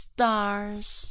Stars